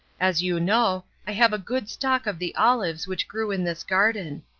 as you know, i have a good stock of the olives which grew in this garden.